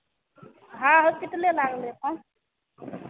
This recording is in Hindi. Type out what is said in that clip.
हाँ हॉस्पिटले लागलै फोन